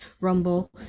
rumble